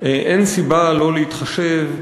אין סיבה לא להתחשב,